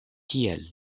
tiel